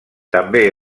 també